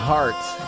Hearts